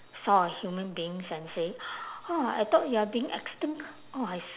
saw a human beings and say !wah! I thought you are being extinct oh I s~